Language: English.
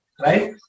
right